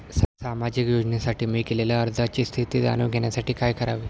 सामाजिक योजनेसाठी मी केलेल्या अर्जाची स्थिती जाणून घेण्यासाठी काय करावे?